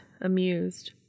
amused